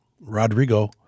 Rodrigo